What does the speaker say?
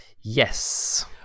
yes